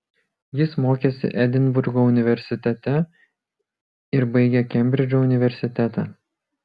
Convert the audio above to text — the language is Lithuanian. jis mokėsi edinburgo universitete ir baigė kembridžo universitetą